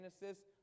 Genesis